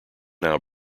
now